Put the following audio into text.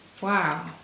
Wow